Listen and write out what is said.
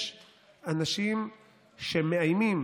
יש אנשים שמאיימים